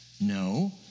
No